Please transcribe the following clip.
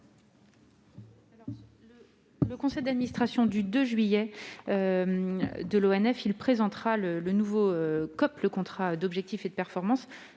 du conseil d'administration du 2 juillet de l'ONF sera présenté le nouveau contrat d'objectifs et de performance.